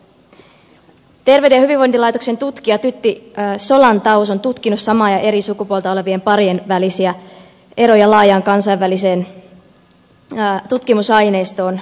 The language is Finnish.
terveyden ja hyvinvoinnin laitoksen tutkija tytti solantaus on tutkinut samaa ja eri sukupuolta olevien parien välisiä eroja laajaan kansainväliseen tutkimusaineistoon perustuen